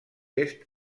est